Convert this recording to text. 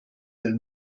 del